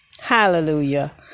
Hallelujah